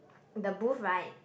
the booth right